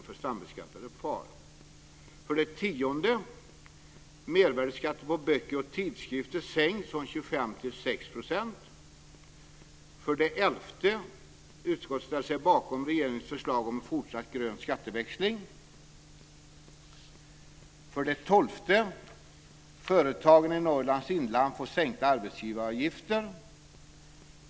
För det elfte: Utskottet ställer sig bakom regeringens förslag om en fortsatt grön skatteväxling. För det tolfte: Företagen i Norrlands inland får sänkta arbetsgivaravgifter.